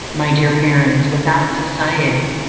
my dear parents, without society,